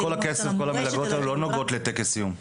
אז כל הכסף, כל המלגות האלה לא נוגעות לטקס סיום?